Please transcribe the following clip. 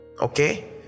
okay